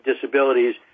disabilities